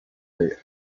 their